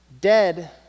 dead